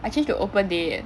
I change to open date